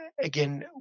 again